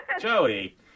joey